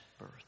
birth